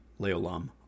Leolam